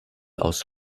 aus